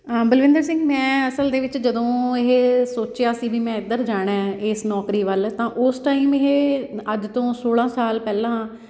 ਬਲਵਿੰਦਰ ਸਿੰਘ ਮੈਂ ਅਸਲ ਦੇ ਵਿੱਚ ਜਦੋਂ ਇਹ ਸੋਚਿਆ ਸੀ ਵੀ ਮੈਂ ਇੱਧਰ ਜਾਣਾ ਹੈ ਇਸ ਨੌਕਰੀ ਵੱਲ ਤਾਂ ਉਸ ਟਾਈਮ ਇਹ ਅੱਜ ਤੋਂ ਸੌਲ੍ਹਾਂ ਸਾਲ ਪਹਿਲਾਂ